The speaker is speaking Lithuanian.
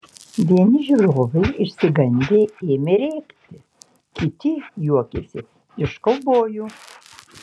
vieni žiūrovai išsigandę ėmė rėkti kiti juokėsi iš kaubojų